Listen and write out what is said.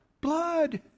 Blood